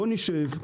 בוא נשב.